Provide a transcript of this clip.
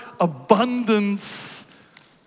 abundance